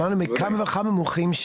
שמענו מכמה וכמה מומחים,